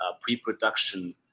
pre-production